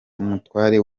mutware